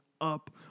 up